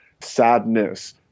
sadness